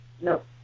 Nope